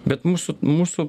bet mūsų mūsų